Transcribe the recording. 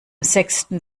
sechsten